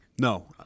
No